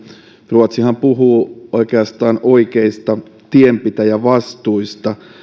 ruotsihan puhuu oikeastaan oikeista tienpitäjävastuista